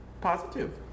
Positive